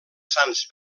sants